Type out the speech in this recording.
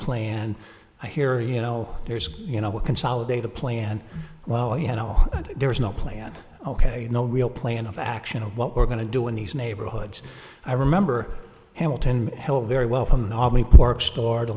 plan and i hear you know there's you know a consolidated plan well you know there's no plan ok no real plan of action or what we're going to do in these neighborhoods i remember hamilton held very well from the army pork store to